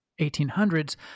1800s